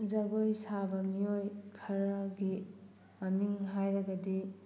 ꯖꯒꯣꯏ ꯁꯥꯕ ꯃꯤꯑꯣꯏ ꯈꯔꯒꯤ ꯃꯃꯤꯡ ꯍꯥꯏꯔꯒꯗꯤ